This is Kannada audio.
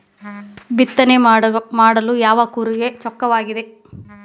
ಬಿತ್ತನೆ ಮಾಡಲು ಯಾವ ಕೂರಿಗೆ ಚೊಕ್ಕವಾಗಿದೆ?